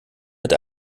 mit